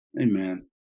Amen